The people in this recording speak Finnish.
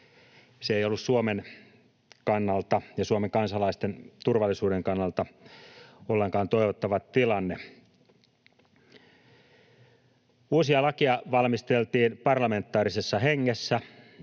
tai Suomen kansalaisten turvallisuuden kannalta ollenkaan toivottava tilanne. Uusia lakeja valmisteltiin parlamentaarisessa hengessä.